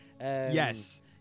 Yes